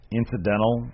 incidental